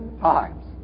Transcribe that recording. times